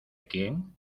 quién